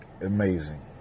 amazing